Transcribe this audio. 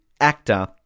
actor